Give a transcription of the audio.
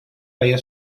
feia